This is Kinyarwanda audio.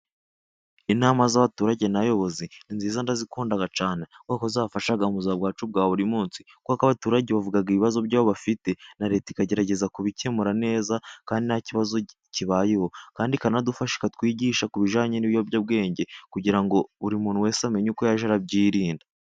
Inama z'abaturage n'abayobozi ni nziza ndazikunda cyane, kuko zirafasha mu buzima bwacu bwa buri munsi, kuko abaturage bavuga ibibazo by'abo bafite, na Leta ikagerageza kubikemura neza, kandi nta kibazo kibayeho, kandi ikanadufasha ikatwigisha ku bijyanye n'ibiyobyabwenge, kugira ngo buri muntu wese amenye uko yajya arabyirinda.